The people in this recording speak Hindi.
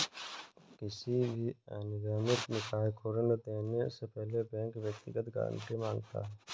किसी भी अनिगमित निकाय को ऋण देने से पहले बैंक व्यक्तिगत गारंटी माँगता है